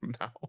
No